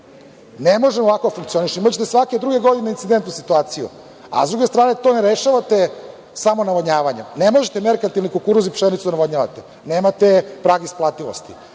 ne možemo ovako da funkcionišemo. Imaćete svake druge godine incidentnu situacije, a sa druge strane to ne rešavate samo navodnjavanjem. Ne možete merkatilni kukuruz i pšenicu navodnjavati, nemate trag isplativosti,